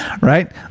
right